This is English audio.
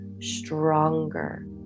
stronger